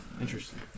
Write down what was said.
interesting